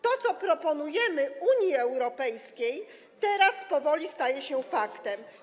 To, co proponujemy Unii Europejskiej, teraz powoli staje się faktem.